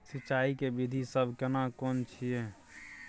सिंचाई के विधी सब केना कोन छिये?